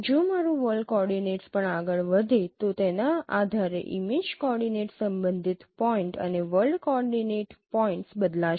જો મારું world coordinates પણ આગળ વધે તો તેના આધારે ઇમેજ કોઓર્ડિનેટ સંબંધિત પોઇન્ટ અને વર્લ્ડ કોઓર્ડિનેટ પોઇન્ટ્સ બદલાશે